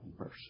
mercy